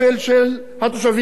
החלטתי לרוץ לכנסת,